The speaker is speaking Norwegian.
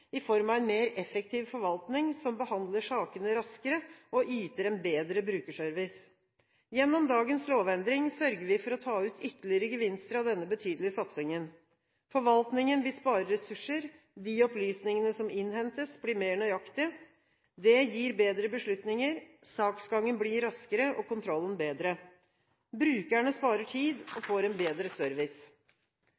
i form av en mer effektiv forvaltning som behandler sakene raskere og yter en bedre brukerservice. Gjennom dagens lovendring sørger vi for å ta ut ytterligere gevinster av denne betydelige satsingen. Forvaltningen vil spare ressurser, de opplysningene som innhentes, blir mer nøyaktige. Det gir bedre beslutninger, saksgangen blir raskere og kontrollen bedre. Brukerne sparer tid og